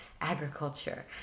agriculture